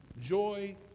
Joy